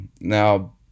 Now